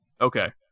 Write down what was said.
Okay